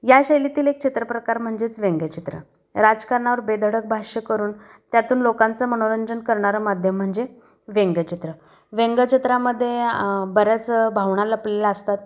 या शैलीतील एक चित्र प्रकार म्हणजेच व्यंगचित्र राजकारणावर बेधडक भाष्य करून त्यातून लोकांचं मनोरंजन करणारं माध्यम म्हणजे व्यंगचित्र व्यंगचित्रामध्ये बऱ्याच भावना लपलेल्या असतात